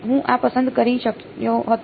હું આ પસંદ કરી શક્યો હોત